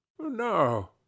No